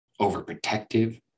overprotective